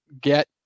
get